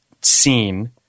seen